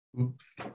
Oops